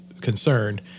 concerned